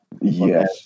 Yes